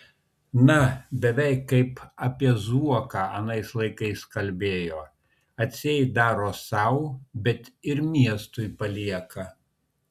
na beveik kaip apie zuoką anais laikais kalbėjo atseit daro sau bet ir miestui palieka